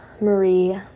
Marie